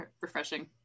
refreshing